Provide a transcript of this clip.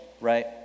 right